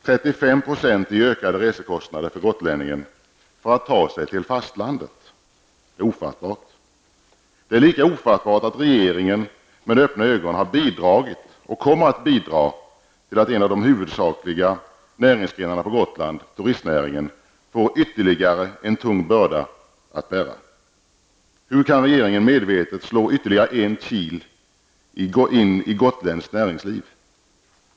35 % i ökade resekostnader för gotlänningen för att ta sig till fastlandet! Det är ofattbart. Det är lika ofattbart att regeringen med öppna ögon har bidragit och kommer att bidra till att en av de huvudsakliga näringsgrenarna på Gotland, turistnäringen, får ytterligare en tung börda att bära. Hur kan regeringen medvetet slå ytterligare en kil in i gotländskt näringsliv?